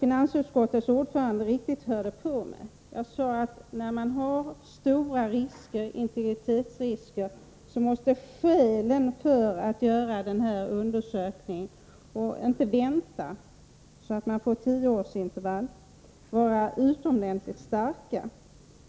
Finansutskottets ordförande måtte inte ha lyssnat till vad jag sade. Jag sade nämligen att i och med att integritetsrisker finns, måste skälen för att genomföra en folkoch bostadsräkning 1985 i stället för att vänta till 1990 och få ett tioårsintervall vara utomordentligt starka.